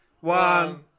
One